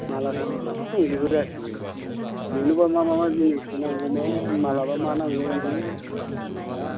मालआथ' दंजोबो गासैबो नोंनोबा मा मा जिनिसखौ नांगौमोन मालआबा मा नांगौ नोंनो मा